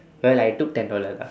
but I took ten dollar lah